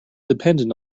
dependent